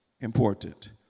important